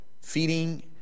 feeding